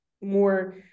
more